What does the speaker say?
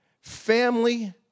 family